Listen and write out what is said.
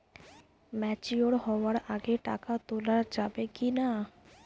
Mature হওয়ার আগে টাকা তোলা যাবে কিনা?